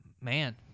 man